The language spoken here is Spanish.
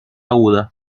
aguda